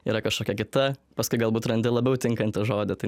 yra kažkokia kita paskui galbūt randi labiau tinkantį žodį tai